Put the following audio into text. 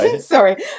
sorry